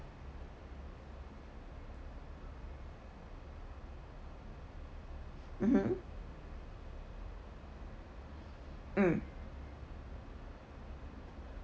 mmhmm mm